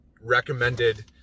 recommended